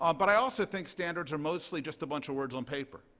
um but i also think standards are mostly just a bunch of words on paper.